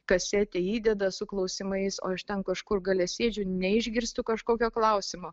kasetė įdeda su klausimais o aš ten kažkur gale sėdžiu neišgirstu kažkokio klausimo